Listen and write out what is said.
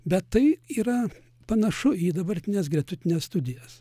bet tai yra panašu į dabartines gretutines studijas